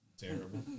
Terrible